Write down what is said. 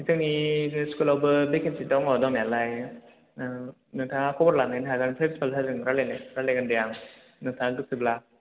जोंनि स्कुलआवबो भेकेन्सि दङ दंनायालाय नोंथाङा खबर लानायनायनो हागोन प्रिनसिपाल सारजों रायलायगोन दे आं नोंथाङा गोसोब्ला